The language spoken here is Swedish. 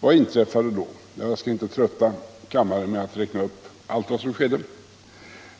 Vad inträffade då? Jag skall inte trötta kammaren med att räkna upp allt vad som skedde.